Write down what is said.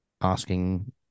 asking